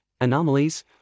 anomalies